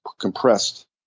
compressed